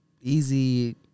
easy